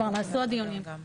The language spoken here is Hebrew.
הדיונים כבר נעשו.